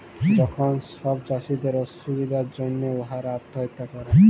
যখল ছব চাষীদের অসুবিধার জ্যনহে উয়ারা আত্যহত্যা ক্যরে